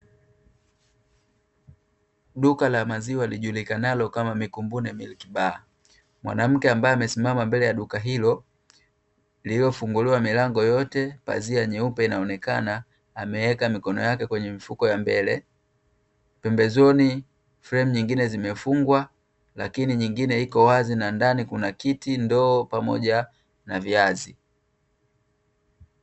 Duka la maziwa lijulikanalo kama "Mikumbune Milk Bar". Mwanamke ambaye amesimama mbele ya duka hilo, lililofunguliwa milango yote, pazia nyeupe inaonekana; ameweka mikono yake kwenye mifuko ya mbele. Pembezoni, fremu nyingine zimefungwa lakini nyingine iko wazi na ndani kuna kiti, ndoo, pamoja na viazi.